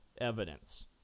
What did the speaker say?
evidence